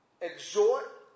exhort